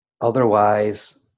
Otherwise